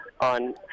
on